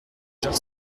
jard